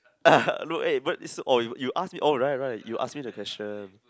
no eh but it's oh you you ask me oh right right you ask me the question